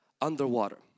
underwater